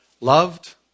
loved